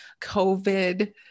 COVID